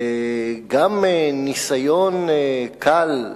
וגם ניסיון קל,